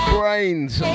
Brains